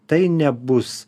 tai nebus